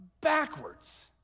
backwards